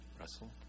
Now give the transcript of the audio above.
Russell